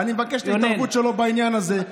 אני מבקש את ההתערבות שלו בעניין הזה,